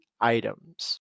items